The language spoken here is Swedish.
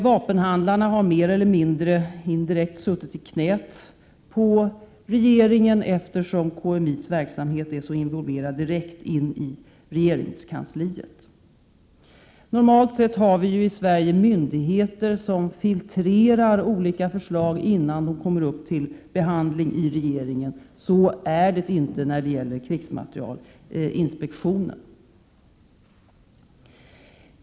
Vapenhandlarna har, mer eller mindre, indirekt suttit i knät på regeringen, eftersom KMI:s verksamhet är så direkt involverad i regeringskansliet. Normalt sett har vi i Sverige myndigheter som filtrerar olika förslag innan de kommer upp till behandling i regeringen. Så är det inte när det gäller krigsmaterielinspektionen.